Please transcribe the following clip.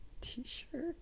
t-shirt